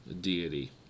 deity